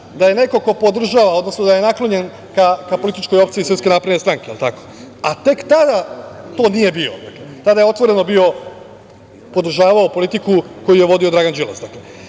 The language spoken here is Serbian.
da je neko ko podržava, odnosno da je naklonjen ka političkoj opciji SNS, jel tako? A, tek tada to nije bio. Tada je otvoreno podržavao politiku koju je vodio Dragan Đilas, dakle.